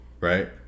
Right